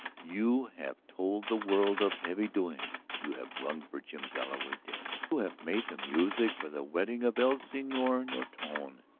you have told the world of heavy doings you have rung for jim galloway dead you have made the music for the wedding of el senor nortone.